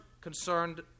concerned